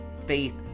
faith